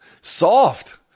Soft